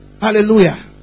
Hallelujah